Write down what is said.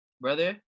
Brother